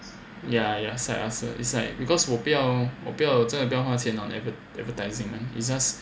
ya ya set us it's like because 我不要我不要再不用花钱了 on advertising is just